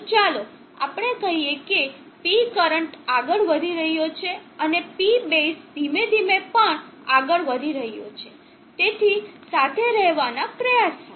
તો ચાલો આપણે કહીએ કે P કરંટ આગળ વધી રહ્યો છે અને P બેઝ ધીમે ધીમે પણ આગળ વધી રહ્યો છે તેની સાથે રહેવાના પ્રયાસ સાથે